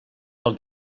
pel